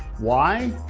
why?